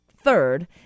third